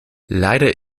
leider